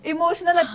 Emotional